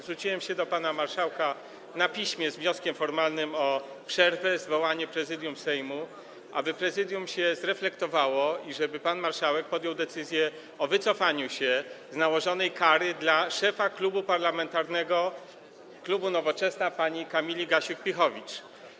Zwróciłem się do pana marszałka na piśmie z wnioskiem formalnym o przerwę, zwołanie Prezydium Sejmu, aby Prezydium się zreflektowało i żeby pan marszałek podjął decyzję o wycofaniu się z nałożonej kary dla szefa Klubu Poselskiego Nowoczesna pani Kamili Gasiuk-Pihowicz.